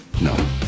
No